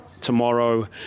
tomorrow